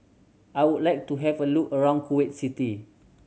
I would like to have a look around Kuwait City